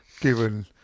given